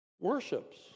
worships